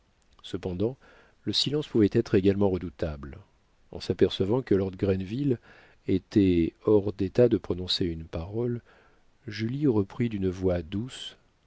cependant le silence pouvait être également redoutable en s'apercevant que lord grenville était hors d'état de prononcer une parole julie reprit d'une voix douce